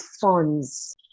funds